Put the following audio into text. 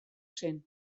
zen